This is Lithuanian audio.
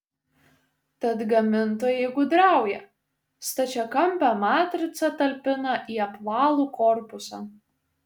tad gamintojai gudrauja stačiakampę matricą talpina į apvalų korpusą